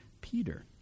Peter